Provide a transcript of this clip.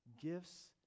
gifts